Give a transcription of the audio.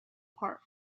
park